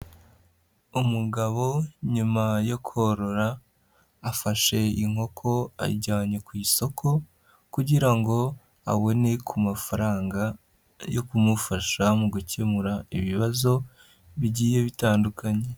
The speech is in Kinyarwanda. Umugabo nyuma yo korora afashe inkoko ayijyanye ku isoko kugira ngo abone ku mafaranga yo kumufasha mu gukemura ibibazo bigiye bitandukanye.